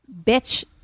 bitch